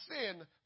sin